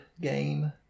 game